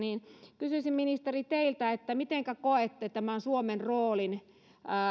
kysyisin ministeri teiltä mitenkä koette tämän suomen roolin